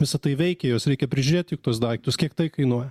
visa tai veikia juos reikia prižiūrėt juk tuos daiktus kiek tai kainuoja